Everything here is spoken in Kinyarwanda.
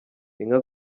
inka